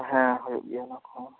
ᱦᱮᱸ ᱦᱩᱭᱩᱜ ᱜᱮᱭᱟ ᱚᱱᱟ ᱠᱚᱦᱚᱸ